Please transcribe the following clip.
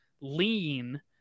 lean